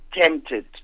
tempted